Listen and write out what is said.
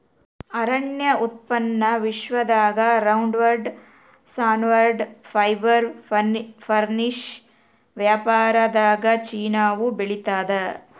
ಅರಣ್ಯ ಉತ್ಪನ್ನ ವಿಶ್ವದಾಗ ರೌಂಡ್ವುಡ್ ಸಾನ್ವುಡ್ ಫೈಬರ್ ಫರ್ನಿಶ್ ವ್ಯಾಪಾರದಾಗಚೀನಾವು ಬೆಳಿತಾದ